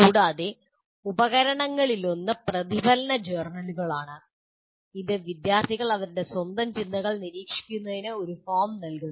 കൂടാതെ ഉപകരണങ്ങളിലൊന്ന് പ്രതിഫലന ജേർണലുകളാണ് ഇത് വിദ്യാർത്ഥികൾ അവരുടെ സ്വന്തം ചിന്തകൾ നിരീക്ഷിക്കുന്നതിന് ഒരു ഫോറം നൽകുന്നു